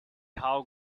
how